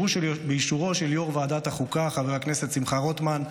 באישורו של יו"ר ועדת החוקה חבר הכנסת שמחה רוטמן,